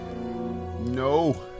No